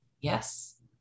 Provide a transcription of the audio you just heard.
Yes